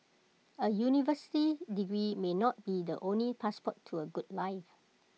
A university degree may not be the only passport to A good life